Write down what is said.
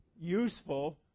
useful